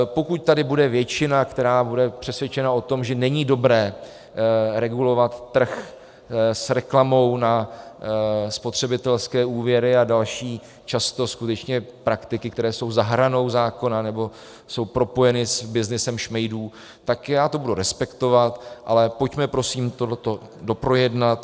Pokud tady bude většina, která bude přesvědčena o tom, že není dobré regulovat trh s reklamou na spotřebitelské úvěry a další často skutečně praktiky, které jsou za hranou zákona nebo jsou propojeny s byznysem šmejdů, tak já to budu respektovat, ale pojďme prosím tohle doprojednat.